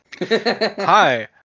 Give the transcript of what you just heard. Hi